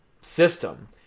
system